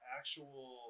actual